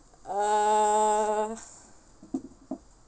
uh